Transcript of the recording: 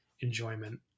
enjoyment